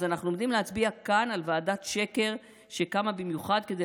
אז אנחנו עומדים להצביע כאן על ועדת שקר שקמה במיוחד כדי